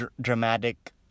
dramatic